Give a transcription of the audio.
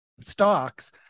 stocks